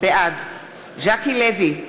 בעד ז'קי לוי,